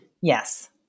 Yes